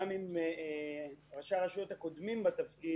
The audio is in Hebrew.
גם עם ראשי הרשויות הקודמים בתפקיד.